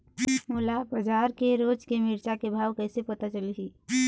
मोला बजार के रोज के मिरचा के भाव कइसे पता चलही?